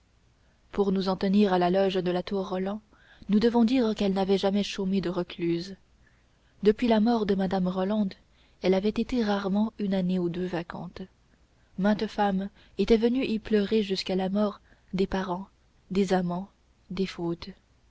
pour nous en tenir à la loge de la tour roland nous devons dire qu'elle n'avait jamais chômé de recluses depuis la mort de madame rolande elle avait été rarement une année ou deux vacante maintes femmes étaient venues y pleurer jusqu'à la mort des parents des amants des fautes